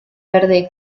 verde